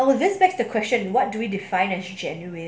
oh this set the question what do we define as genuine